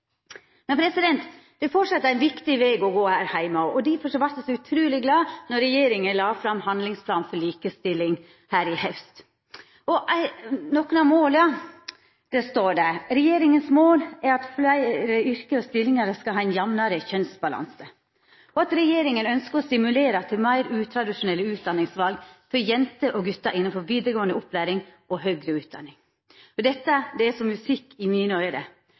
ein viktig veg å gå her heime òg. Difor vart eg så utruleg glad da regjeringa la fram handlingsplanen for likestilling i haust. Noko som det står om der, er at regjeringas mål er at fleire yrke og stillingar skal ha ein jamnare kjønnsbalanse, og at regjeringa ønskjer å stimulera til meir utradisjonelle utdanningsval for jenter og gutar innanfor vidaregåande opplæring og høgare utdanning. Dette er som musikk i mine øyre.